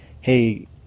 hey